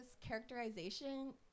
characterization